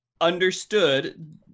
understood